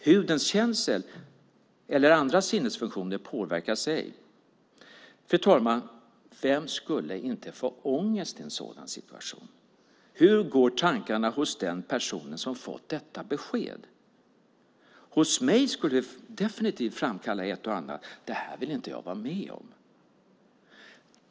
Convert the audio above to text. Hudens känsel eller andra sinnesfunktioner påverkas ej. Fru talman! Vem skulle inte få ångest i en sådan situation? Hur går tankarna hos den person som fått detta besked? Hos mig skulle det definitivt framkalla ett och annat: Det här vill inte jag vara med om.